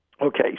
Okay